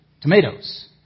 Tomatoes